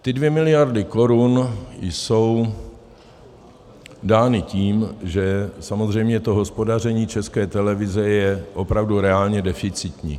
Ty 2 miliardy korun jsou dány tím, že samozřejmě hospodaření České televize je opravdu reálně deficitní.